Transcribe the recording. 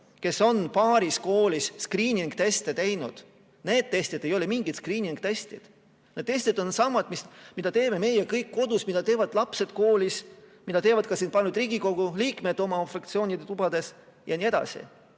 kes on paaris koolis skriiningteste teinud. Need testid ei ole mingid skriiningtestid. Need testid on samad, mida teeme meie kõik kodus, mida teevad lapsed koolis, mida teevad ka paljud Riigikogu liikmed oma fraktsioonide tubades jne.